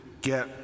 get